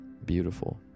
beautiful